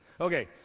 Okay